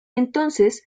entonces